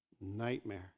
Nightmare